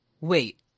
wait